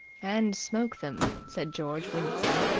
and smoke them, said george, wincing.